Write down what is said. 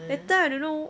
later I don't know